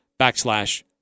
backslash